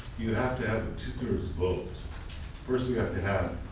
you have to have a two-thirds vote. first you have to have